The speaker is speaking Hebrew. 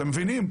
אתם מבינים?